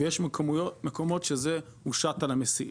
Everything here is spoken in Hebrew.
ויש מקומות שזה הושת על המסיעים.